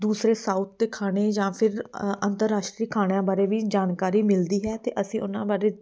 ਦੂਸਰੇ ਸਾਊਥ ਦੇ ਖਾਣੇ ਜਾਂ ਫਿਰ ਅੰਤਰਰਾਸ਼ਟਰੀ ਖਾਣਿਆਂ ਬਾਰੇ ਵੀ ਜਾਣਕਾਰੀ ਮਿਲਦੀ ਹੈ ਅਤੇ ਅਸੀਂ ਉਹਨਾਂ ਬਾਰੇ